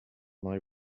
thy